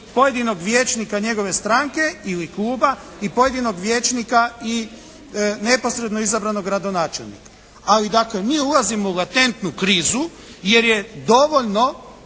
pojedinog vijećnika, njegove stranke ili kluba i pojedinog vijećnika i neposredno izabranog gradonačelnika. Ali dakle, mi ulazimo u latentnu krizu jer je dovoljno